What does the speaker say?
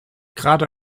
gerade